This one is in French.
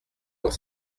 dans